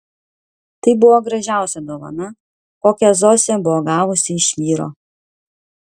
tai buvo gražiausia dovana kokią zosė buvo gavusi iš vyro